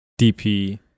DP